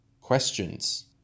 questions